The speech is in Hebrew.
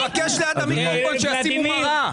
אני מבקש ליד המיקרופון שישימו מראה.